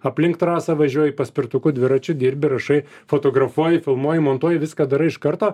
aplink trasą važiuoji paspirtuku dviračiu dirbi rašai fotografuoji filmuoji montuoji viską darai iš karto